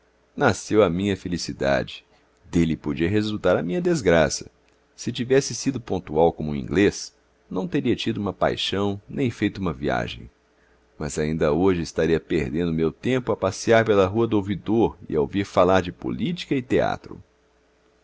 nasceu a minha felicidade dele podia resultar a minha desgraça se tivesse sido pontual como um inglês não teria tido uma paixão nem feito uma viagem mas ainda hoje estaria perdendo o meu tempo a passear pela rua do ouvidor e a ouvir falar de política e teatro